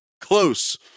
Close